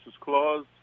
Claus